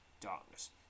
darkness